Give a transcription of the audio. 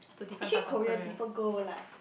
actually Korea people go like